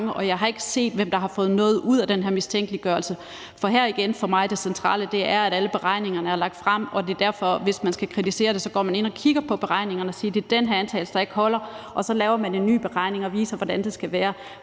Jeg kan ikke se, hvem der har fået noget ud af den her mistænkeliggørelse. For igen vil jeg sige, at det centrale for mig er, at alle beregningerne er lagt frem, så hvis man skal kritisere det, må man gå ind og kigge på beregningerne og pege på den antagelse, der ikke holder, og så lave en ny beregning og vise, hvordan det skal være.